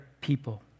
people